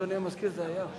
אדוני המזכיר, זה היה.